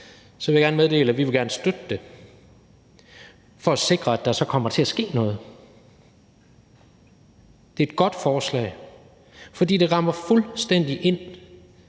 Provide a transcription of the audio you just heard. vil jeg gerne meddele, at vi gerne vil støtte det, for at sikre, at der kommer til at ske noget. Det er et godt forslag, fordi det rammer fuldstændig ind